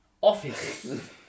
Office